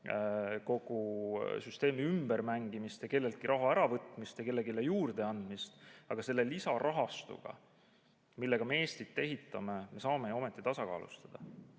kogu süsteemi ümbermängimist ja kelleltki raha äravõtmist ja kellelegi juurde andmist. Aga selle lisarahastusega, millega me Eestit ehitame, me saame ometi tasakaalustada. Ma